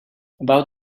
about